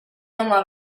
home